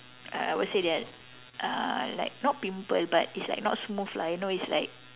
uh I would say that uh like not pimple but it's like not smooth lah you know it's like